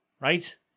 right